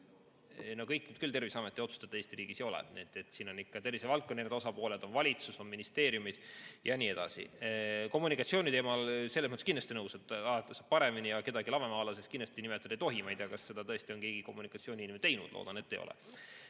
No kõik nüüd küll Terviseameti otsustada Eesti riigis ei ole. Siin on ikka tervisevaldkonna erinevad osapooled, on valitsus, on ministeeriumid ja nii edasi. Kommunikatsiooni teemal olen selles mõttes nõus, et alati saab paremini ja kedagi lamemaalaseks kindlasti nimetada ei tohi. Ma ei tea, kas seda tõesti on keegi kommunikatsiooniinimene teinud – loodan, et ei ole. Aga